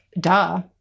Duh